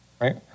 right